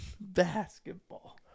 basketball